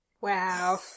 Wow